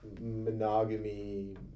monogamy